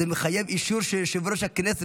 וזה מחייב אישור של יושב-ראש הכנסת,